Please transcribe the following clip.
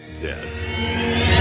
Dead